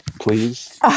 please